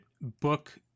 book